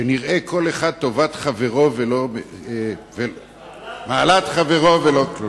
שנראה כל אחד מעלת חברו ולא קלונו.